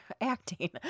acting